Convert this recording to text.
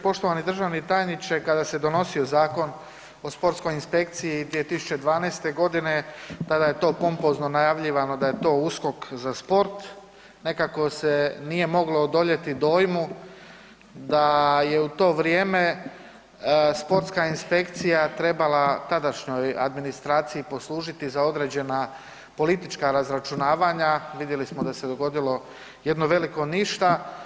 Poštovani državni tajniče kada se donosio Zakon o sportskoj inspekciji 2012. godine tada je to pompozno najavljivano da je to USKOK za sport, nekako se nije moglo odoljeti dojmu da je u to vrijeme sportska inspekcija trebala tadašnjoj administraciji poslužiti za određena politička razračunavanja, vidjeli smo da se dogodilo jedno veliko ništa.